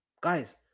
Guys